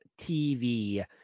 tv